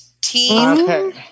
team